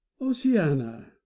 Oceana